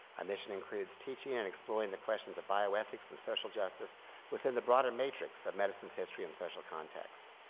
our mission includes teaching and and exploring the questions of bioethics and social justice within the broader matrix of medicine's history in social context.